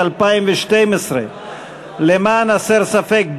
התשע"ב 2012. למען הסר ספק,